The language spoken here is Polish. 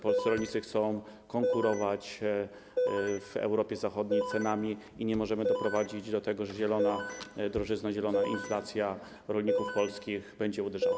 Polscy rolnicy chcą konkurować w Europie Zachodniej cenami i nie możemy doprowadzić do tego, że zielona drożyzna, zielona inflacja będzie uderzała w polskich rolników.